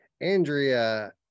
Andrea